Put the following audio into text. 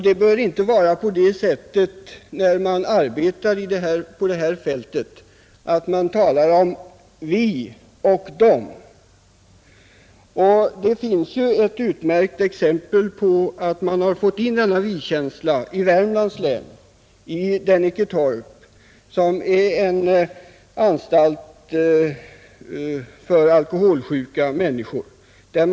De som arbetar på detta fält bör inte tala om ”vi” och ”de”. Dennicketorp i Värmlands län är ett utmärkt exempel på en anstalt där man lyckats få in denna vi-känsla. Detta är en anstalt för alkoholsjuka människor.